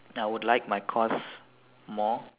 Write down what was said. I would like my course more